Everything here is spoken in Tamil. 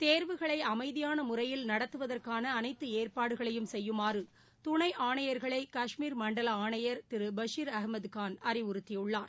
தேர்வுகளை அமைதியான முறையில் நடத்துவதற்கான அனைத்து ஏற்பாடுகளையும் செய்யுமாறு துணை ஆணையர்களை காஷ்மீர் மண்டல ஆணையர் திரு பஷீர் அகமது கான் அறிவுறுத்தியுள்ளார்